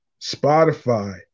Spotify